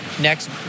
next